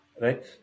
Right